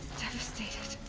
devastated!